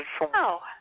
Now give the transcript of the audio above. No